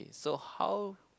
so how